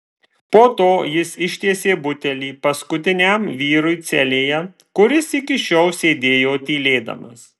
po to jis ištiesė butelį paskutiniam vyrui celėje kuris iki šiol sėdėjo tylėdamas